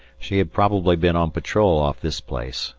she had probably been on patrol off this place,